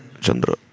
Chandra